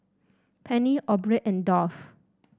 Penny Aubrey and Dolph